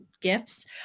gifts